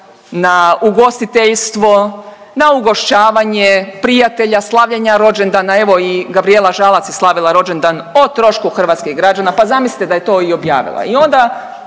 na ugostiteljstvo, na ugošćavanje prijatelja, slavljenja rođendana, evo i Gabrijela Žalac je slavila rođendan o trošku hrvatskih građana, pa zamislite da je to i objavila